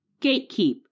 Gatekeep